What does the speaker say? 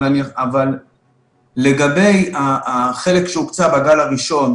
אבל לגבי החלק שהוקצה בגל הראשון,